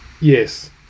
yes